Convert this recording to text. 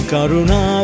Karuna